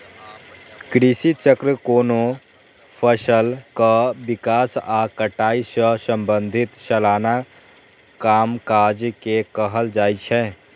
कृषि चक्र कोनो फसलक विकास आ कटाई सं संबंधित सलाना कामकाज के कहल जाइ छै